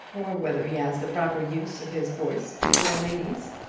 or whether he has the proper use of his voice before ladies.